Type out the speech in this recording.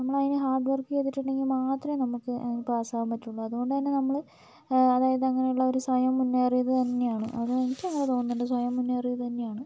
നമ്മളതിന് hard work ചെയ്തിട്ടുണ്ടെങ്കിൽ മാത്രമേ നമുക്ക് പാസാവാൻ പറ്റുള്ളൂ അതുകൊണ്ടെന്നെ നമ്മൾ അതായത് അങ്ങനുള്ളൊരു സ്വയം മുന്നേറിയത് തന്നെയാണ് അത് എനിക്കങ്ങനെ തോന്നുന്നുണ്ട് സ്വയം മുന്നേറിയത് തന്നെയാണ്